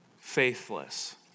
faithless